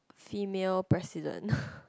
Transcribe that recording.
female president